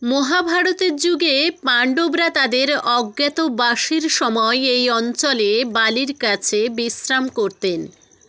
মহাভারতের যুগে পাণ্ডবরা তাদের অজ্ঞাতবাসের সময় এই অঞ্চলে বালির কাছে বিশ্রাম করতেন